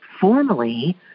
formally